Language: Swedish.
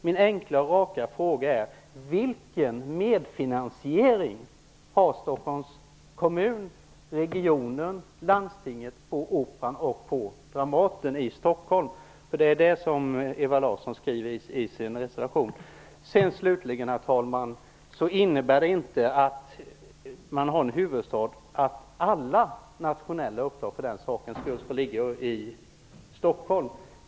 Min enkla och raka fråga är: Vilken medfinansiering har Stockholms kommun, regionen, landstinget på Operan och Dramaten i Stockholm? Det är ju detta som Ewa Larsson skriver i sin reservation. Herr talman! Slutligen vill jag säga att det, bara för att man har en huvudstad, inte innebär att alla nationella uppdrag för den sakens skull skall ligga i Stockholm.